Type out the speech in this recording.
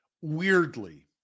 Weirdly